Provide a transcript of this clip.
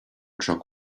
truck